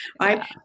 Right